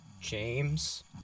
James